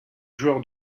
joueur